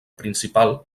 principal